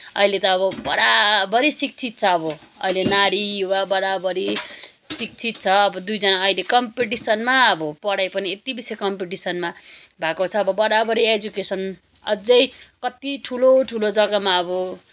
अहिले त अब बराबरी शिक्षित छ अब अहिले नारी युवा बराबरी शिक्षित छ अब दुईजना अहिले कम्पिटिसनमा अब पढाइ पनि यति बेसी कम्पिटिसनमा भएको छ अब बराबरी एजुकेसन अझै कति ठुलो ठुलो जग्गामा अबो